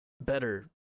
better